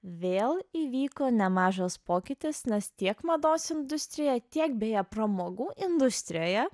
vėl įvyko nemažas pokytis nes tiek mados industrijoje tiek bei pramogų industrijoje